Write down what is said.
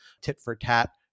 tit-for-tat